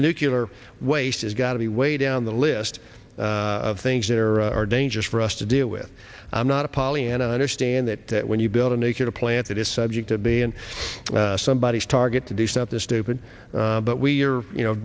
nucular waste has got to be way down the list of things that are dangerous for us to deal with i'm not a pollyanna understand that when you build a nuclear plant that is subject to being somebody is target to do something stupid but we are you know